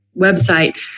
website